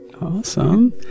Awesome